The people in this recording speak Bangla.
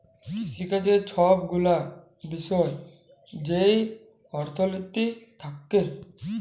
কিসিকাজের ছব গুলা বিষয় যেই অথ্থলিতি থ্যাকে